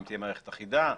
אם תהיה מערכת אחידה,